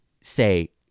say